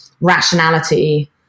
rationality